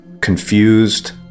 confused